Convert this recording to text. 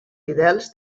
fidels